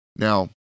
Now